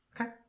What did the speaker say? Okay